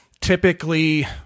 typically